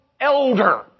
elder